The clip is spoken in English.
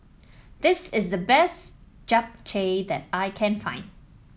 this is the best Japchae that I can find